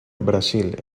brasil